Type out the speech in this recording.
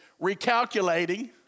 recalculating